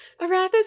Arathis